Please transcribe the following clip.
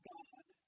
God